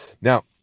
Now